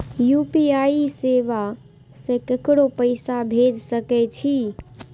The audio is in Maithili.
यू.पी.आई सेवा से ककरो पैसा भेज सके छी?